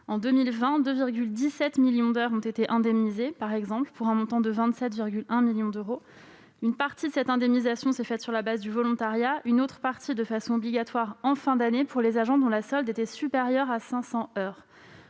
En 2020, 2,17 millions d'heures ont été indemnisées pour un montant de 27,1 millions d'euros. Une partie de cette indemnisation s'est faite sur la base du volontariat, une autre de façon obligatoire en fin d'année, pour les agents ayant un solde d'heures supplémentaires supérieur à 500 heures.